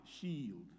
shield